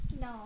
No